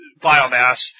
biomass